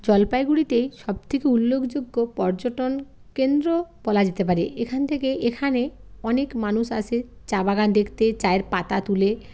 জলপাইগুড়িতেই সবথেকে উল্লেখযোগ্য পর্যটন কেন্দ্র বলা যেতে পারে এখান থেকে এখানে অনেক মানুষ আসে চা বাগান দেখতে চায়ের পাতা তোলে